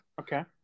okay